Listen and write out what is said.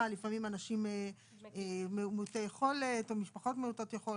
לפעמים אנשים מעוטי יכולת או משפחות מעוטות יכולת,